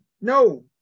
No